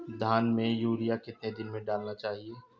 धान में यूरिया कितने दिन में डालना चाहिए?